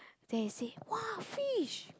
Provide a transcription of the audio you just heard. then he say !wah! fish